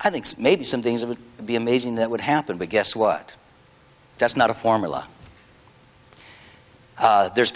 i think maybe some things would be amazing that would happen but guess what that's not a formula there's